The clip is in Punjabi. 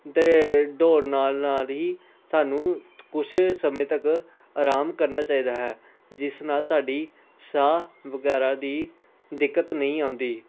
ਅਤੇ ਦੌੜ ਲਗਾਉਣ ਨਾਲ ਹੀ ਸਾਨੂੰ ਕੁਛ ਸਮੇਂ ਤੱਕ ਆਰਾਮ ਕਰਨਾ ਚਾਹੀਦਾ ਹੈ ਜਿਸ ਨਾਲ ਸਾਡੀ ਸਾਹ ਵਗੈਰਾ ਦੀ ਦਿੱਕਤ ਨਹੀਂ ਆਉਂਦੀ